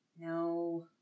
No